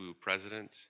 president